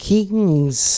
Kings